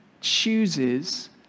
chooses